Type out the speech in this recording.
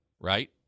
right